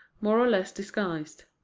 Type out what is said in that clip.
more or less disguised